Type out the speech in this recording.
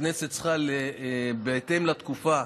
הכנסת צריכה לפעול בהתאם לתקופה.